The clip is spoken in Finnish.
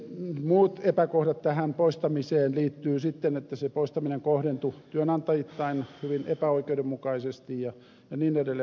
muut epäkohdat tässä poistamisessa liittyvät sitten siihen että se poistaminen kohdentui työnantajittain hyvin epäoikeudenmukaisesti ja niin edelleen